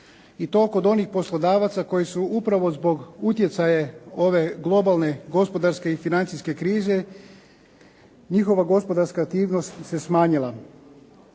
i to kod onih poslodavaca koji su upravo zbog utjecaja ove globalne gospodarske i financijske krize njihova gospodarska aktivnost se smanjila.